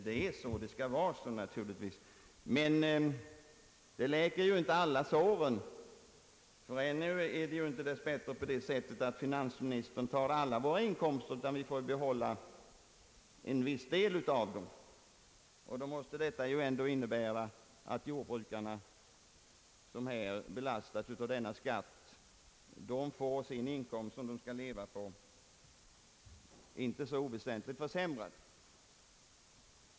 Den skall naturligtvis vara avdragsgill. Men det läker ju inte alla sår! Ännu är det dess bättre inte på det sättet att finansministern tar alla våra inkomster, utan vi får behålla en viss del av dem själva. Det måste ändå innebära att de jordbrukare, som belastas av denna skatt, får den del av sin inkomst som de skall leva av inte så litet försämrad.